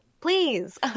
please